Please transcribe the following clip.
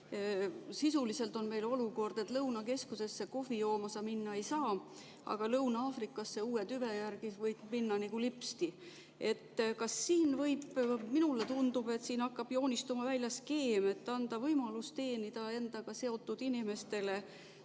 Sisuliselt on meil olukord, et Lõunakeskusesse kohvi jooma sa minna ei saa, aga Lõuna-Aafrikasse uue tüve järele võid minna nagu lipsti. Minule tundub, et siit hakkab joonistuma välja skeem anda võimalus teenida endaga seotud inimestele,